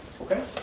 Okay